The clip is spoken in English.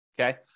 okay